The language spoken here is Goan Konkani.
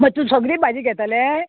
मागीर तूं सगळीच भाजी घेतलें